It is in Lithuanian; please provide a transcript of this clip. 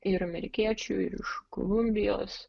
ir amerikiečių ir iš kolumbijos